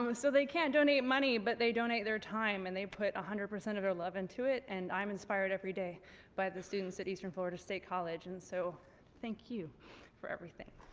um so they can't donate money but they donate their time and they put a hundred percent of their love into it and i'm inspired every day by the students at eastern florida state college and so thank you for everything.